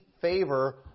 favor